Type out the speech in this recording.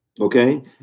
Okay